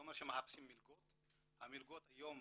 אומר שהם מחפשים מלגות, המלגות היום,